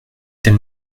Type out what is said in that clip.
tel